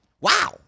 wow